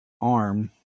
arm